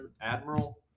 admiral